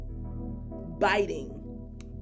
biting